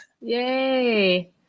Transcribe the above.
Yay